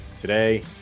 today